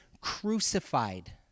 crucified